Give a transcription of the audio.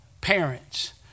parents